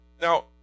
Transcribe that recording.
Now